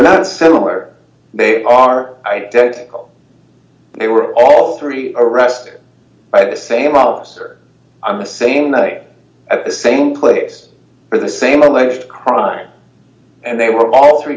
s similar they are identical they were all three arrested by the same officer on the same day at the same place for the same alleged crime and they were all three